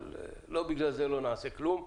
אבל לא בגלל זה לא נעשה כלום.